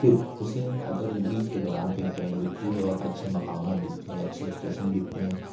پھر اسے اگر اس بیچ کے دوران کہیں ٹین رکتی ہے اور اچھے مقامات دکھتے ہیں اچھے اسٹیسن دکھتے ہیں